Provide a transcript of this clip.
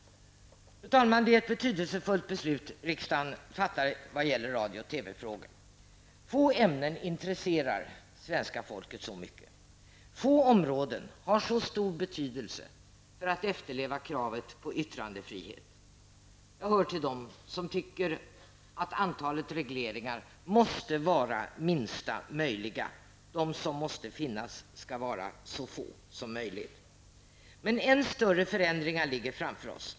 Fru talman! Det är ett betydelsefullt beslut riksdagen fattar vad gäller radio och TV-frågor. Få ämnen intresserar svenska folket så mycket. Få områden har så stor betydelse för att kravet på yttrandefrihet efterlevs. Jag hör till dem som tycker att antalet regleringar måste vara minsta möjliga. De som måste finnas skall vara så få som möjligt. Men än större förändringar ligger framför oss.